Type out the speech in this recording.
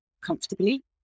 comfortably